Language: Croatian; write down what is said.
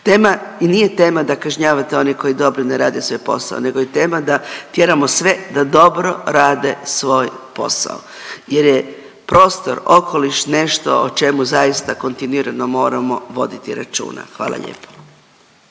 Tema i nije tema da kažnjavate one koji dobro ne rade svoj posao, nego je tema da tjeramo sve da dobro rade svoj posao jer je prostor, okoliš nešto o čemu zaista kontinuirano moramo voditi računa. Hvala lijepo.